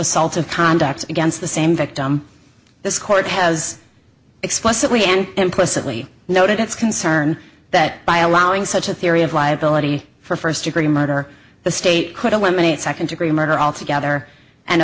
assaultive conduct against the same victim this court has explicitly and implicitly noted its concern that by allowing such a theory of liability for first degree murder the state could eliminate second degree murder altogether and